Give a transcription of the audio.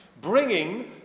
Bringing